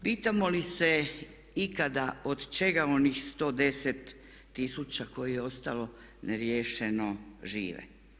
Pitamo li se ikada od čega onih 110 tisuća kojih je ostalo neriješeno žive?